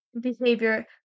behavior